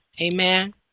Amen